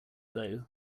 though